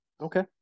Okay